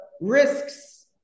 risks